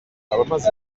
abamaze